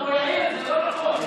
אבו יאיר, זה לא נכון.